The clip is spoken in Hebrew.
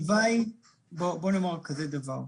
בוא נאמר כזה דבר.